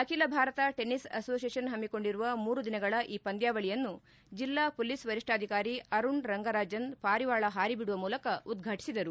ಅಖಿಲ Bharat tennis association ಹಮ್ಮಿಕೊಂಡಿರುವ ಮೂರು ದಿನಗಳ ಈ ಪಂದ್ಯಾವಳಿಯನ್ನು ಜೆಲ್ಲಾ ಮೊಲೀಸ್ ವರಿಷ್ಠಾಧಿಕಾರಿ ಅರುಣ್ ರಂಗರಾಜನ್ ಪಾರಿವಾಳ ಹಾರಿ ಬಿಡುವ ಮೂಲಕ ಉದ್ಘಾಟಿಸಿದರು